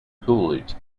coolidge